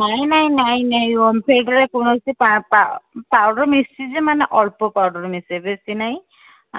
ନାଇଁ ନାଇଁ ନାଇଁ ନାଇଁ ଓମଫେଡ଼ରେ କୌଣସି ପାଉଡ଼ର୍ ମିଶିଛି ଯେ ମାନେ ଅଳ୍ପ ପାଉଡ଼ର୍ ମିଶିଛି ବେଶି ନାଇଁ